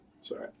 Sorry